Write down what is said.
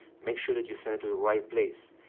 make sure that you send it to the right place,